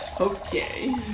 Okay